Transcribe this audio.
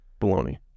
baloney